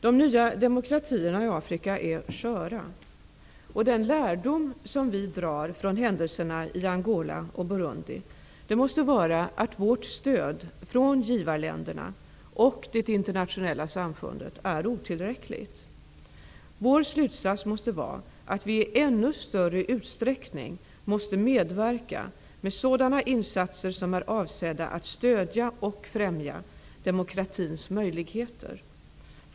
De nya demokratierna i Afrika är sköra. Den lärdom som vi drar från händelserna i Angola och Burundi måste vara att vårt stöd från givarländerna och det internationella samfundet är otillräckligt. Vår slutsats måste vara att vi i ännu större utsträckning måste medverka med sådana insatser som är avsedda att stödja och främja demokratins möjligheter.